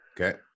Okay